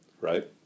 right